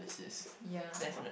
yeah